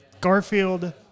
Garfield –